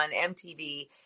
MTV